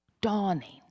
dawning